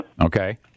Okay